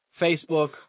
Facebook